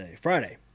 Friday